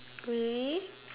really